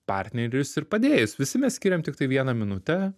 partnerius ir padėjėjus visi mes skiriam tiktai vieną minutę